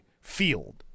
field